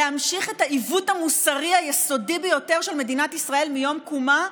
להמשיך את העיוות המוסרי היסודי ביותר של מדינת ישראל מיום קומה,